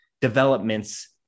developments